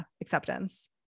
acceptance